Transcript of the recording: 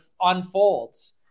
unfolds